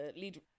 lead